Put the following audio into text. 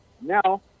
now